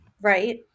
right